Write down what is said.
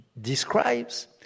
describes